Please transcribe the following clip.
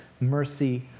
mercy